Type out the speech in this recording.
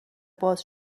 باز